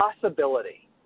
possibility